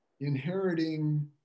inheriting